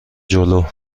جلو